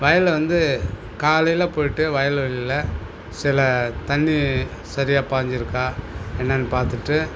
வயலில் வந்து காலையில போயிவிட்டு வயல் வெளியில சில தண்ணி சரியாக பாய்ஞ்சிருக்கா என்னன்னு பார்த்துட்டு